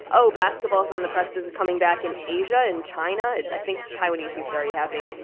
oh, basketball is on the precipice of coming back in asia and china. i think taiwanese hoops already happening.